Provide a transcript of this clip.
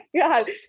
God